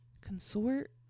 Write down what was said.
consort